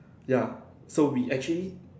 ya so we actually